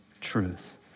truth